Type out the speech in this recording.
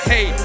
Hey